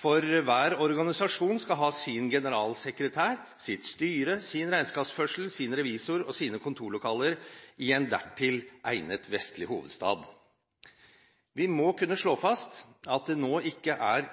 for hver organisasjon skal ha sin generalsekretær, sitt styre, sin regnskapsfører, sin revisor og sine kontorlokaler i en dertil egnet vestlig hovedstad. Vi må kunne slå fast at det nå ikke er